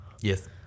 Yes